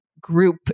group